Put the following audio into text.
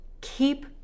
Keep